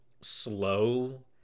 slow